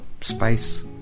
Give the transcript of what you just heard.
space